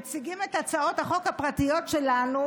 נציג את הצעות החוק הפרטיות שלנו